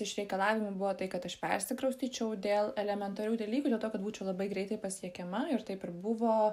iš reikalavimų buvo tai kad aš persikraustyčiau dėl elementarių dalykų dėl to kad būčiau labai greitai pasiekiama ir taip ir buvo